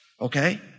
Okay